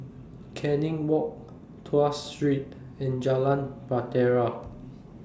Canning Walk Tuas Street and Jalan Bahtera